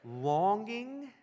longing